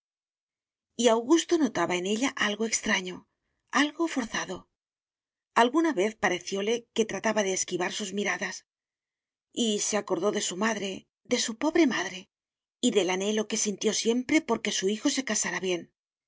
y augusto notaba en ella algo extraño algo forzado alguna vez parecióle que trataba de esquivar sus miradas y se acordó de su madre de su pobre madre y del anhelo que sintió siempre por que su hijo se casara bien